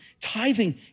tithing